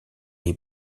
est